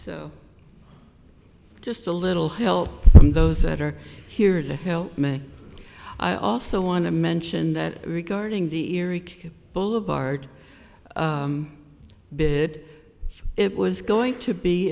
so just a little help from those that are here to help me i also want to mention that regarding the earache boulevard bid it was going to be